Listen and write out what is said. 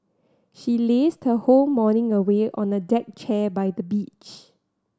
she lazed her whole morning away on a deck chair by the beach